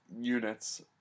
units